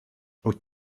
wyt